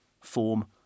form